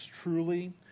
truly